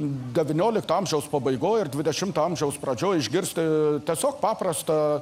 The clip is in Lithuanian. devyniolikto amžiaus pabaigoj ar dvidešimto amžiaus pradžioj išgirsti tiesiog paprastą